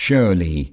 Surely